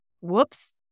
Whoops